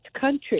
country